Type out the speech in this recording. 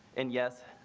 and yes,